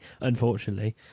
unfortunately